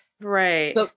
right